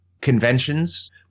conventions